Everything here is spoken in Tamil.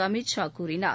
அமித் ஷா கூறினார்